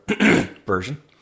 version